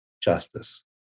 justice